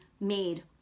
made